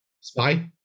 Spy